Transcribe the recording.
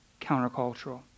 countercultural